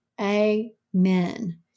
Amen